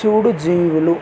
చూడు జీవిలు